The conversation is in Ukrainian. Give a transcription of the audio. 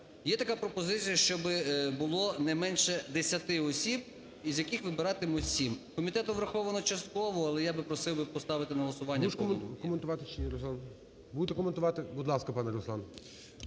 Є така пропозиція, щоб було не менше 10 осіб, із яких вибиратимуть 7. Комітетом враховано частково, але я би просив поставити на голосування.